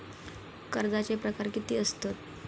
कर्जाचे प्रकार कीती असतत?